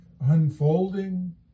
unfolding